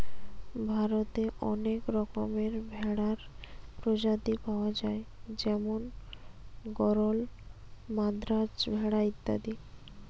ভারতে অনেক রকমের ভেড়ার প্রজাতি পায়া যায় যেমন গরল, মাদ্রাজ ভেড়া ইত্যাদি